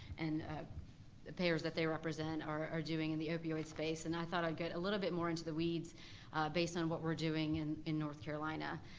and ah the payers that they represent are doing and the opioids base, and i thought i'd get a little bit more into the weeds based on what we're doing and in north carolina.